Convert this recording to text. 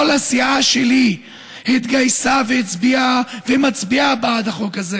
כל הסיעה שלי התגייסה ומצביעה בעד החוק הזה.